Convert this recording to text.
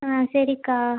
ஆ சரிக்கா